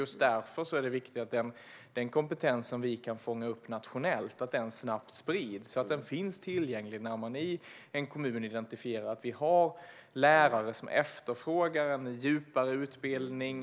Just därför är det viktigt att den kompetens som vi kan fånga upp nationellt snabbt sprids, så att den finns tillgänglig när man i en kommun identifierar att lärare efterfrågar en djupare utbildning.